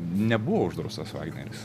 nebuvo uždraustas vagneris